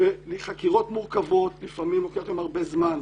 חקירות מורכבות, לפעמים לוקח הרבה זמן.